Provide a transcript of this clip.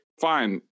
fine